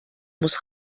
muss